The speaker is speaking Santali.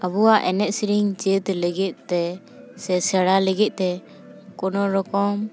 ᱟᱵᱚᱣᱟᱜ ᱮᱱᱮᱡ ᱥᱮᱨᱮᱧ ᱪᱮᱫ ᱞᱟᱹᱜᱤᱫᱼᱛᱮ ᱥᱮ ᱥᱮᱬᱟ ᱞᱟᱹᱜᱤᱫᱼᱛᱮ ᱠᱳᱱᱳᱨᱚᱠᱚᱢ